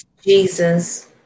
Jesus